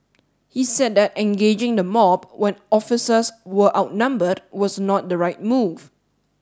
he said that engaging the mob when officers were outnumbered was not the right move